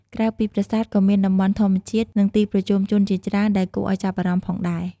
ក្រៅពីប្រាសាទ ក៏មានតំបន់ធម្មជាតិ និងទីប្រជុំជនជាច្រើនដែលគួរឲ្យចាប់អារម្មណ៍ផងដែរ។